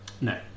No